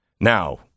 Now